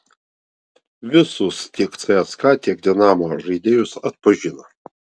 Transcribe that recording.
visus tiek cska tiek dinamo žaidėjus atpažino